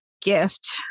gift